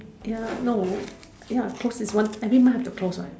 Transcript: ya no ya close is one I mean might have to close what